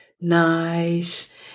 nice